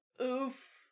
Oof